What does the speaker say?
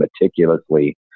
meticulously